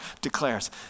declares